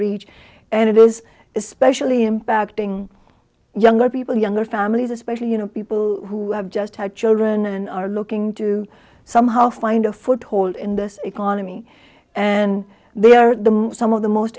reach and it is especially impacting younger people younger families especially you know people who have just had children and are looking to somehow find a foothold in this economy and they are the most some of the most